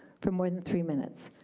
for more than three minutes.